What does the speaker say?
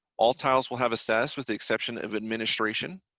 all tiles will have a status with the exception of administration.